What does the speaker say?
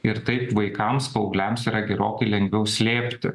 ir taip vaikams paaugliams yra gerokai lengviau slėpti